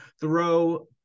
throw